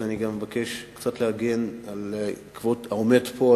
אני גם מבקש קצת להגן על כבוד העומד פה,